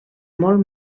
molt